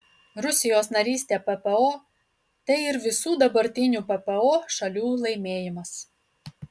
rusijos narystė ppo tai ir visų dabartinių ppo šalių laimėjimas